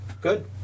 Good